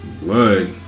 Blood